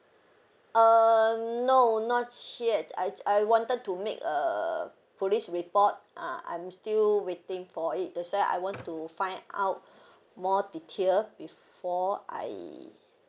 err no not yet I I wanted to make a police report uh I'm still waiting for it that's why I want to find out more detail before I